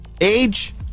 Age